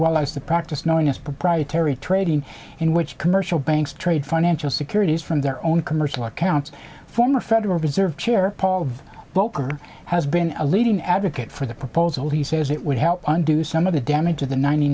well as the practice knowingness proprietary trading in which commercial banks trade financial securities from their own commercial accounts former federal reserve chair paul volcker has been a leading advocate for the proposal he says it would help undo some of the damage to the ninety